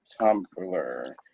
Tumblr